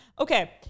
Okay